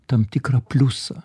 tam tikrą pliusą